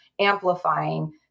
amplifying